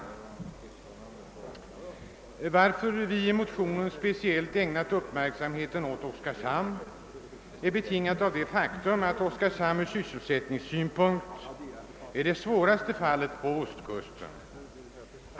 Anledningen till att vi i motionen speciellt ägnat uppmärksamhet åt Oskarshamn är det faktum att Oskarshamn ur sysselsättningssynpunkt är det svåraste fallet på ostkusten.